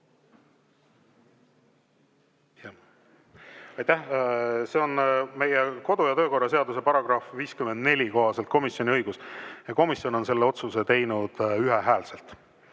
See on meie kodu- ja töökorra seaduse § 54 kohaselt komisjoni õigus ja komisjon on selle otsuse teinud ühehäälselt.